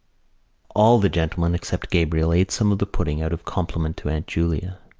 all the gentlemen, except gabriel, ate some of the pudding out of compliment to aunt julia.